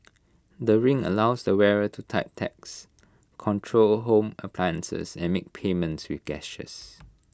the ring allows the wearer to type texts control home appliances and make payments with gestures